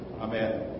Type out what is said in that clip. Amen